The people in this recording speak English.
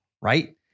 right